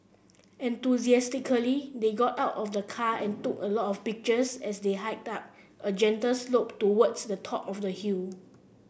enthusiastically they got out of the car and took a lot of pictures as they hiked up a gentle slope towards the top of the hill